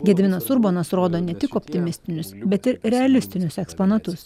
gediminas urbonas rodo ne tik optimistinius bet ir realistinius eksponatus